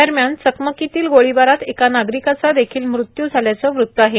दरम्यान चकमकीतील गोळीबारात एका नागरिकाचा देखील मृत्यू झाल्याचं वृत्त आहे